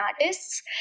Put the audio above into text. artists